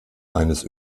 eines